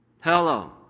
Hello